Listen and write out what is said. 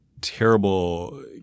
terrible